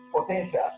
Potential